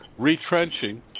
Retrenching